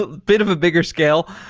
bit of a bigger scale.